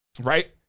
Right